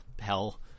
hell